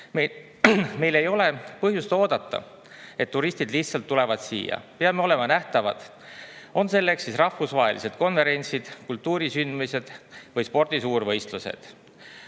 Meil ei ole põhjust oodata, et turistid lihtsalt tulevad siia. Peame olema nähtavad, on nendeks siis rahvusvahelised konverentsid, kultuurisündmused või spordisuurvõistlused,